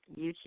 YouTube